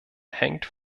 hängt